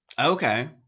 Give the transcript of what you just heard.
Okay